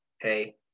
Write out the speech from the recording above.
hey